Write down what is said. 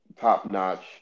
top-notch